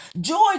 Joy